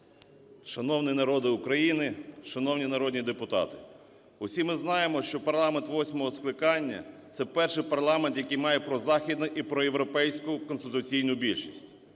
Шановний народе України, шановні народні депутати! Усі ми знаємо, що парламент восьмого скликання – це перший парламент, який має прозахідну і проєвропейську конституційну більшість.